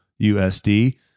USD